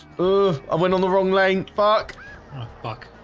um i went on the wrong lane fuck fuck.